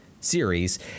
Series